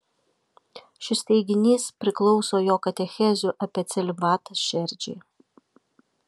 šis teiginys priklauso jo katechezių apie celibatą šerdžiai